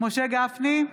משה גפני,